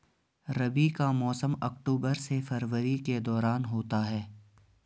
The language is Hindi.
रबी का मौसम अक्टूबर से फरवरी के दौरान होता है